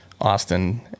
Austin